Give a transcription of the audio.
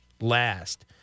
last